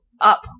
up